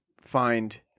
find